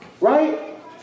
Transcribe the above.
Right